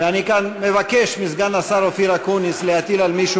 ואני כאן מבקש מסגן השר אופיר אקוניס להטיל על מישהו